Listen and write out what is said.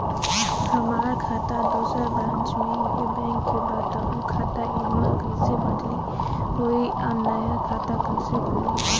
हमार खाता दोसर ब्रांच में इहे बैंक के बा त उ खाता इहवा कइसे बदली होई आ नया खाता कइसे खुली?